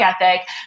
ethic